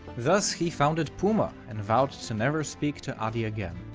thus, he founded puma and vowed to never speak to adi again.